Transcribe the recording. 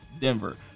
Denver